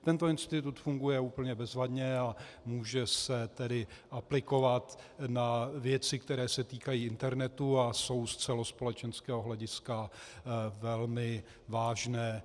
Tento institut funguje úplně bezvadně, a může se tedy aplikovat na věci, které se týkají internetu a jsou z celospolečenského hlediska velmi vážné.